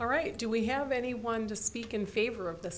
all right do we have anyone to speak in favor of the